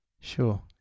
Sure